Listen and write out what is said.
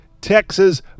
texas